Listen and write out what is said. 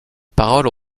paroles